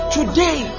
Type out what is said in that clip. Today